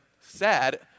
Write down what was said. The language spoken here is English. sad